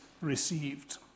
received